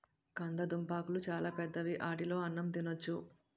కందదుంపలాకులు చాలా పెద్దవి ఆటిలో అన్నం తినొచ్చు